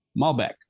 Malbec